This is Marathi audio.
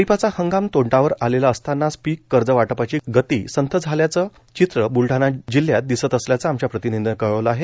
खरीपाचा हंगाम तोंडावर आलेला असतानाच पीक कर्जवाटपाची गती संथ असल्याचे चित्र ब्लढाणा जिल्ह्यात असल्याचं आमच्या प्रतिनिधीने कळवलं आहे